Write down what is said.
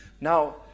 now